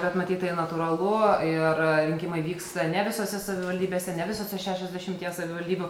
bet matyt tai natūralu ir rinkimai vyksta ne visose savivaldybėse ne visose šešiasdešimtyje savivaldybių